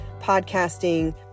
podcasting